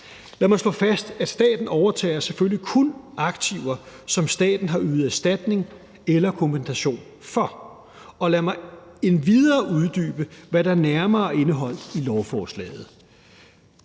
Lad mig slå fast, at staten selvfølgelig kun overtager aktiver, som staten har ydet erstatning eller kompensation for. Og lad mig endvidere uddybe, hvad der nærmere er indeholdt i lovforslaget.